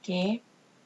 okay